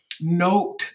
note